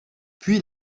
puis